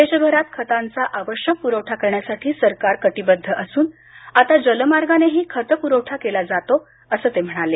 देशभरात खतांचा आवश्यक पुरवठा करण्यासाठी सरकार कटिबद्ध असून आता जलमार्गानेही खत पुरवठा केला जातो असं ते म्हणाले